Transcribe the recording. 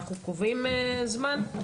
אנחנו קובעים זמן?